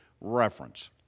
reference